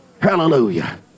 Hallelujah